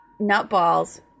nutballs